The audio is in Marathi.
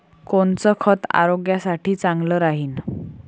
कोनचं खत आरोग्यासाठी चांगलं राहीन?